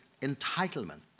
entitlement